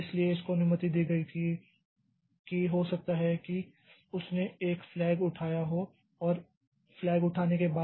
इसलिए इसको अनुमति दी गई थी कि हो सकता है कि उसने एक फ्लैग उठाया हो और फ्लैग उठाने के बाद